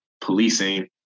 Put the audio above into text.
policing